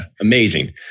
Amazing